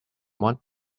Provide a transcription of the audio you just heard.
one